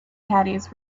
caddies